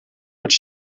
wordt